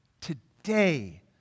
Today